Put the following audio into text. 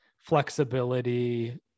flexibility